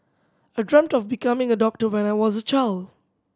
I dreamt of becoming a doctor when I was a child